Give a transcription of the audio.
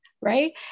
right